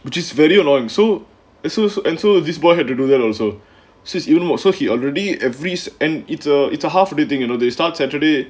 which is very annoying so asos and so this boy had to do that also says you wanna so he already have risk and it's a it's a half dating you know they start saturday